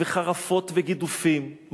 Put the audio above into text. וחרפות וגידופים,